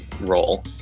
roll